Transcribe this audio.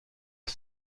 are